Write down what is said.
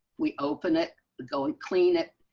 we open it going, clean it.